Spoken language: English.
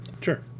sure